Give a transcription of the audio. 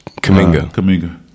Kaminga